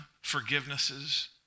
forgivenesses